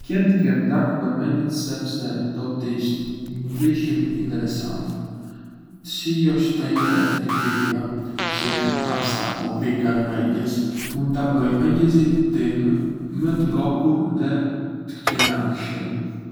Më pëlqen të kem darkë për mëngjes sepse do të ishte një ndryshim interesant. Të shijosh tajurett e kripura si pasta o pica në mëngjes mund ta bëjë mëngjesin tim më të ngopur dhe të kënaqshëm.